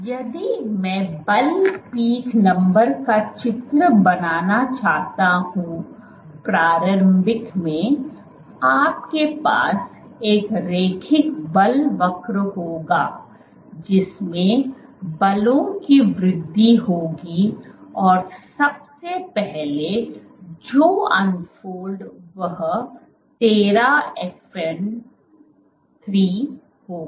यदि मैं बल पीक नंबर का चित्र बनाना चाहता हूं प्रारंभिक में आपके पास एक रैखिक बल वक्र होगा जिसमें बलों की वृद्धि होगी और सबसे पहले जो अनफोल्ड वह तेरह एफएन 3 होगा